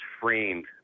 framed